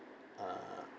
uh